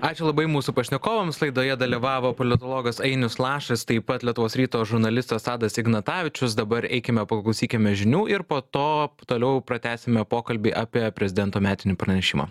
ačiū labai mūsų pašnekovams laidoje dalyvavo politologas ainius lašas taip pat lietuvos ryto žurnalistas tadas ignatavičius dabar eikime paklausykime žinių ir po to toliau pratęsime pokalbį apie prezidento metinį pranešimą